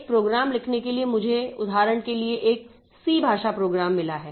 एक प्रोग्राम लिखने के लिए मुझे उदाहरण के लिए एक सी भाषा प्रोग्राम मिला है